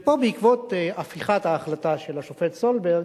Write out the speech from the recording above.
ופה, בעקבות הפיכת ההחלטה של השופט סולברג,